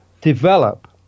develop